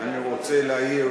אני רוצה להעיר